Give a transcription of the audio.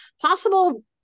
possible